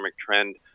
trend